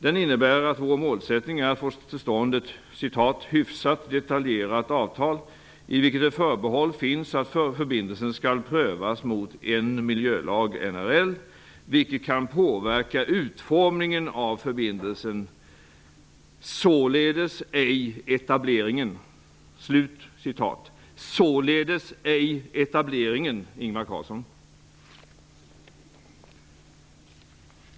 Den innebär att vår målsättning är att få tillstånd ett hyfsat detaljerat avtal, i vilket ett förbehåll finns att förbindelsen skall prövas mot en miljölag, NRL, vilket kan påverka utformningen av förbindelsen, således ej etableringen''. Det står ''således ej etableringen'', Ingvar Carlsson!